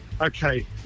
Okay